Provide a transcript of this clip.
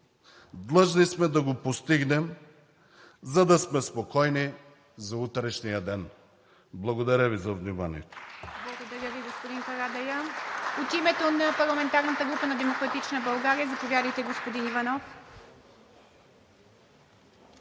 Длъжни сме да го постигнем, за да сме спокойни за утрешния ден. Благодаря Ви за вниманието.